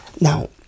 now